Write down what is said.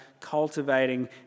cultivating